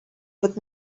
would